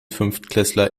fünftklässler